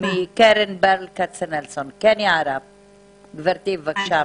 מקרן ברל כצנלסון, גברתי, בבקשה.